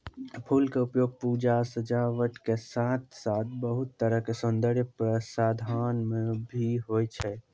फूल के उपयोग पूजा, सजावट के साथॅ साथॅ बहुत तरह के सौन्दर्य प्रसाधन मॅ भी होय छै